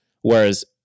whereas